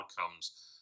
outcomes